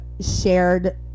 shared